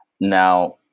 Now